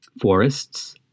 forests